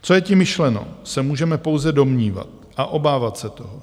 Co je tím myšleno, se můžeme pouze domnívat a obávat se toho.